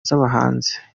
z’abahanzi